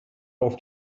auf